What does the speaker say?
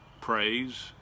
praise